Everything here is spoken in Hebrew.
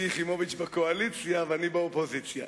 יחימוביץ בקואליציה ואני באופוזיציה.